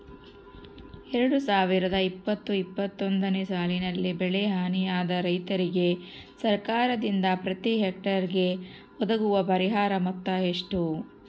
ಎರಡು ಸಾವಿರದ ಇಪ್ಪತ್ತು ಇಪ್ಪತ್ತೊಂದನೆ ಸಾಲಿನಲ್ಲಿ ಬೆಳೆ ಹಾನಿಯಾದ ರೈತರಿಗೆ ಸರ್ಕಾರದಿಂದ ಪ್ರತಿ ಹೆಕ್ಟರ್ ಗೆ ಒದಗುವ ಪರಿಹಾರ ಮೊತ್ತ ಎಷ್ಟು?